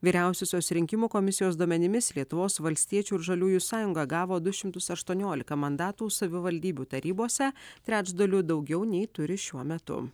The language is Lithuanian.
vyriausiosios rinkimų komisijos duomenimis lietuvos valstiečių ir žaliųjų sąjunga gavo du šimtus aštuoniolika mandatų savivaldybių tarybose trečdaliu daugiau nei turi šiuo metu